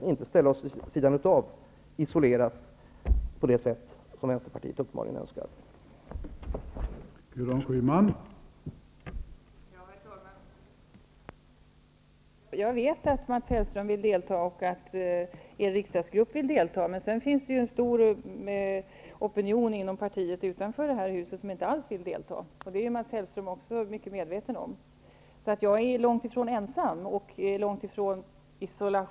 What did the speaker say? Vi vill inte ställa oss vid sidan om och vara isolerade på det sätt som man i Vänsterpartiet uppenbarligen önskar vara.